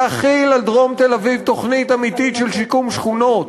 להחיל על דרום תל-אביב תוכנית אמיתית של שיקום שכונות,